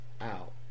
out